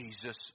Jesus